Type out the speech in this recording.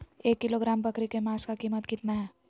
एक किलोग्राम बकरी के मांस का कीमत कितना है?